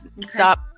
stop